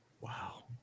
Wow